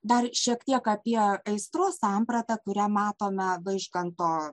dar šiek tiek apie aistros sampratą kurią matome vaižganto